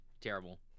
terrible